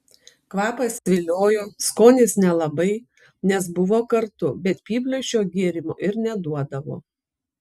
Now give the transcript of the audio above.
kvapas viliojo skonis nelabai nes buvo kartu bet pypliui šio gėrimo ir neduodavo